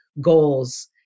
goals